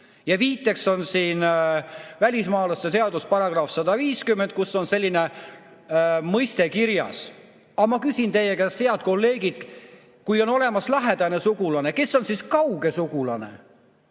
Viiteks on siin välismaalaste seaduse § 150, kus on selline mõiste kirjas. Aga ma küsin teie käest, head kolleegid, kui on olemas lähedane sugulane, kes on siis kauge sugulane.